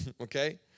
okay